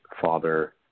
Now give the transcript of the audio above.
father